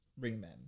ringmen